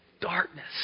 darkness